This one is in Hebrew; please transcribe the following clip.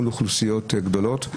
מול אוכלוסיות גדולות,